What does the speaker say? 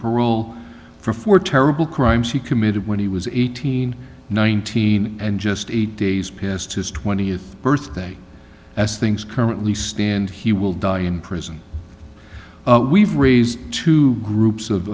parole for four terrible crimes he committed when he was eighteen nineteen and just eight days past his twentieth birthday as things currently stand he will die in prison we've raised two groups of